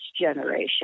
generation